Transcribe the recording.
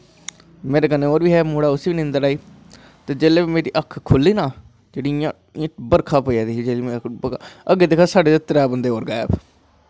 मेरे कन्नैं होर बी हा मुड़ा उसी बी नींदर आई ते जिसलै मेरी अक्खी खुल्ली बर्खा पेदी ही अग्गैं साढ़े त्रै बंदे होर गैव